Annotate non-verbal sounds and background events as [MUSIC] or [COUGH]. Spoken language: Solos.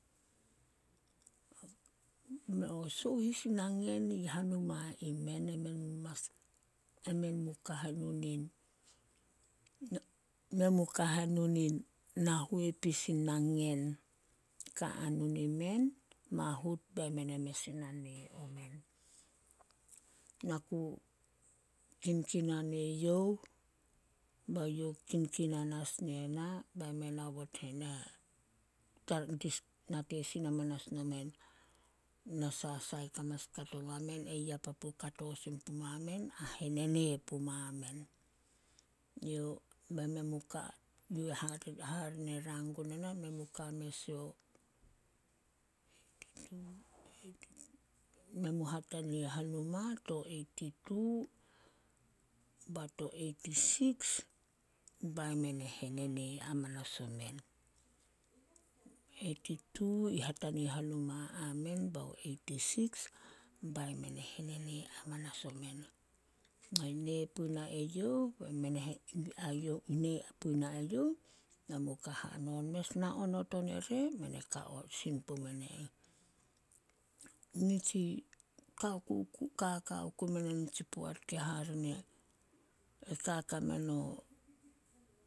[UNINTELLIGIBLE] Sohis nangen i hanuma i men, e men mu [UNINTELLIGIBLE] men mu ka hanun in na huepis i nangen, ka anun i men mahut be men e mes e na nee omen. Na ku kinkinan eyouh, bai youh kinkinan as ne na, bai men aobot hena [UNINTELLIGIBLE] na te sin amanas nomen na sa sai ka mas kato na men ai ya papu kato sin puma men a henene puma men. [UNINTELLIGIBLE] Hare ne rang guna na men mu ka mes yo, [UNINTELLIGIBLE] men mu hatania hanuma to eiti tu, ba to eiti siks bai men e hehene amanas omen. Eiti tu i hatania hanuma a men ba to eiti siks bai men e henenee amanas omen. [UNINTELLIGIBLE] Nee puna eyouh, [UNINTELLIGIBLE] nee puna eyouh men mu ka hanon mes, na onot non ire, men e ka [UNINTELLIGIBLE] sin pumen e ih. [UNINTELLIGIBLE] Kaka ku me nitsi poat ke hare ne, e kaka meno.